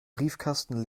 briefkasten